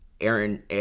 Aaron